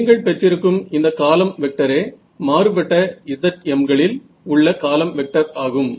நீங்கள் பெற்றிருக்கும் இந்த காலம் வெக்டரே மாறுபட்ட zm களில் உள்ள காலம் வெக்டர் ஆகும்